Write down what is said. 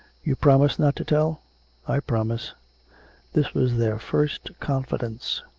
you promise not to tell i promise this was their first confidence.